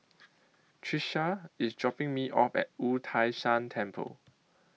Trisha IS dropping Me off At Wu Tai Shan Temple